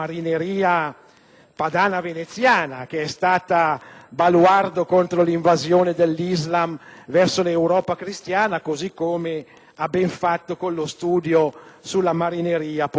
padana veneziana, che è stata baluardo contro l'invasione dell'Islam verso l'Europa cristiana, così come ha ben fatto con lo studio sulla marineria pontificia.